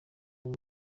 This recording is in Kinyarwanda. uwo